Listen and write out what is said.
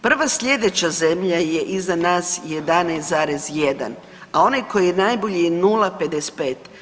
Prva sljedeća zemlja je iza nas 11,1, a onaj koji je najbolji je 0,55.